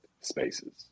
spaces